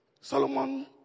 Solomon